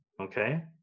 Okay